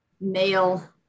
male